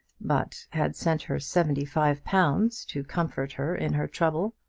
but had sent her seventy-five pounds to comfort her in her trouble!